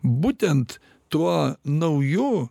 būtent tuo nauju